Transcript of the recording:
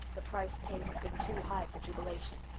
the price paid has been too high for jubilation.